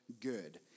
good